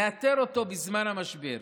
לאתר אותו בזמן המשבר,